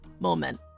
moment